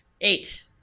Eight